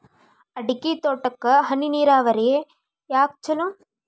ಅಡಿಕೆ ತೋಟಕ್ಕ ಹನಿ ನೇರಾವರಿಯೇ ಯಾಕ ಛಲೋ?